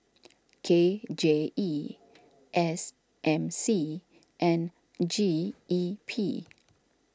K J E S M C and G E P